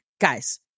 guys